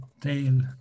tail